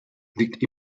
liegt